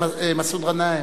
מסעוד גנאים.